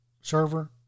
server